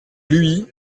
luye